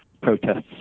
protests